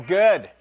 good